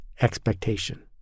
expectation